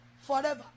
forever